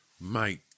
mate